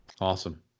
Awesome